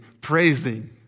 praising